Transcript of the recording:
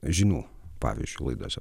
žinių pavyzdžiui laidose